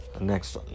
Next